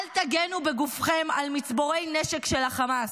אל תגנו בגופכם על מצבורי נשק של החמאס,